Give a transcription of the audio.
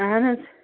اہن حظ